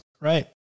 Right